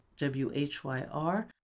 WHYR